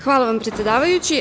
Hvala vam, predsedavajući.